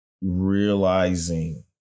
realizing